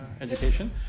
education